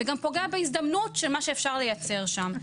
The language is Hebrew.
וגם פוגע בהזדמנות של מה שאפשר לייצר שם.